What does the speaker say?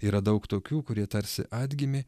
yra daug tokių kurie tarsi atgimė